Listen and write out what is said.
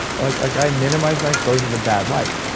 like like i minimize my exposure to bad light,